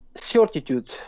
Certitude